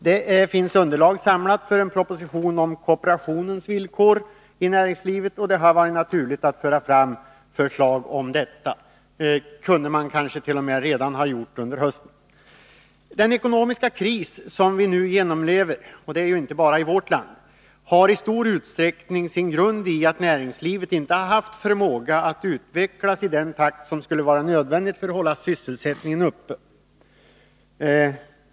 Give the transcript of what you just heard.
Det finns underlag samlat för en proposition om kooperationens villkor i näringslivet, och det hade varit naturligt att föra fram förslag om detta. Det kunde man kanske ha gjort redan i höstas. Den ekonomiska kris som vi nu genomlever — inte bara i vårt land — har i stor utsträckning sin grund i att näringslivet inte har haft förmåga att utvecklas i den takt som hade varit nödvändigt för att hålla sysselsättningen uppe.